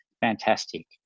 fantastic